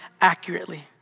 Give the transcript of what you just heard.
accurately